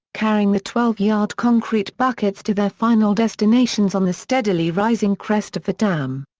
carrying the twelve yard concrete buckets to their final destinations on the steadily rising crest of the dam.